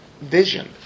vision